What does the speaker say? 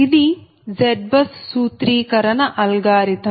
ఇది ZBUS సూత్రీకరణ algorithm